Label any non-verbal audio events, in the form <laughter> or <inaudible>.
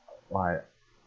<noise> !wah! I